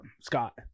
scott